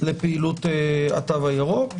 לפעילות התו הירוק.